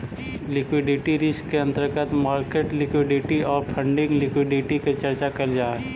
liquidity risk के अंतर्गत market liquidity आउ फंडिंग लिक्विडिटी के चर्चा कैल जा हई